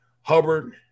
hubbard